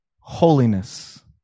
holiness